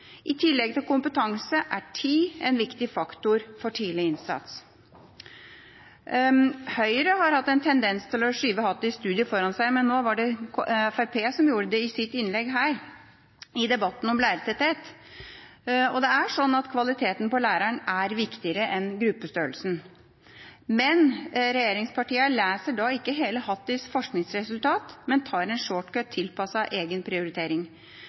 I tillegg til kompetanse er tid en viktig faktor for tidlig innsats. Høyre har hatt en tendens til å skyve John Hatties studier foran seg, men nå var det Fremskrittspartiet som gjorde det i sitt innlegg i denne debatten om lærertetthet. Det er sånn at kvaliteten på læreren er viktigere enn gruppestørrelsen. Men regjeringspartiene leser ikke hele Hatties forskningsresultat, de tar en «shortcut» tilpasset egen prioritering.